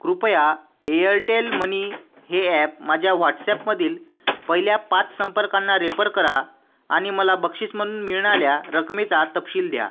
कृपया Airtel money हे app माझ्या व्हॉटसॲपमधील पहिल्या पाच संपर्कांना रेफर करा आणि मला बक्षीस म्हणून मिळणाऱ्या रकमेचा तपशील द्या